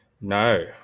no